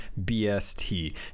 BST